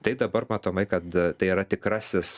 tai dabar matomai kad tai yra tikrasis